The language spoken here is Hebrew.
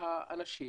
האנשים